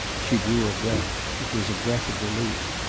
she drew a breath. it was a breath of relief.